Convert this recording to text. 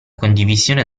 condivisione